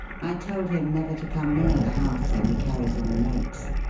i told him never to come near the house when he carries any notes.